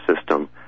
system